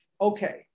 Okay